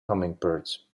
hummingbirds